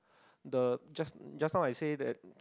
the just just now I say that